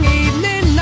evening